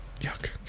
Yuck